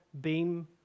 beam